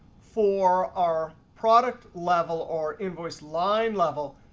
for our product level or invoice line level,